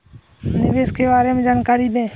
निवेश के बारे में जानकारी दें?